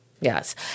yes